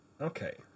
Okay